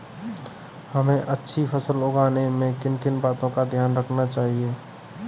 हमें अच्छी फसल उगाने में किन किन बातों का ध्यान रखना चाहिए?